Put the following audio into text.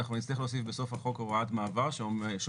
אנחנו נצטרך להוסיף בסוף החוק הוראת מעבר שמשמרת